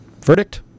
Verdict